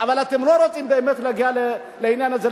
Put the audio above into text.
אבל אתם לא באמת רוצים להגיע לעניין הזה.